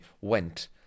went